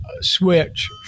switch